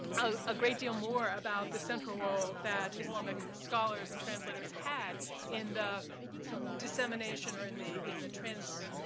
ah a great deal more about the central role that islamic scholars and translators had in the dissemination, or in the in the trans